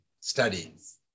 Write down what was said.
studies